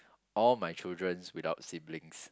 all my children without siblings